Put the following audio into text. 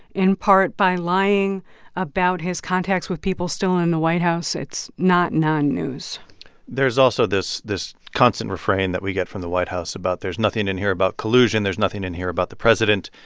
in part, by lying about his contacts with people still in the white house it's not non-news there's also this this constant refrain that we get from the white house about, there's nothing in here about collusion. there's nothing in here about the president.